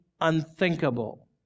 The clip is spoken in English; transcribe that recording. unthinkable